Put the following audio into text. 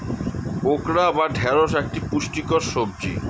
okra বা ঢ্যাঁড়স একটি পুষ্টিকর সবজি